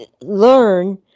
learn